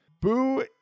Boo